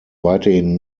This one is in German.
weiterhin